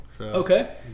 Okay